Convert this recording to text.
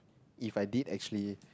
if I did actually